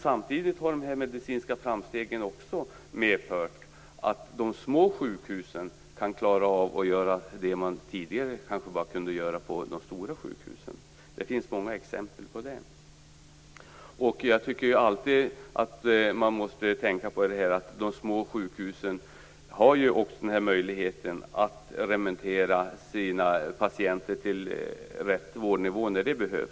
Samtidigt har de medicinska framstegen medfört att de små sjukhusen kan klara av sådant som tidigare bara kunde göras på de stora sjukhusen. Det finns många exempel på det. De små sjukhusen har möjligheten att remittera patienterna till rätt vårdnivå.